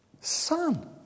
son